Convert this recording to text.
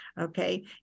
Okay